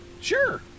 Sure